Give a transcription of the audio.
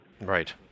Right